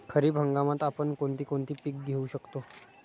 खरीप हंगामात आपण कोणती कोणती पीक घेऊ शकतो?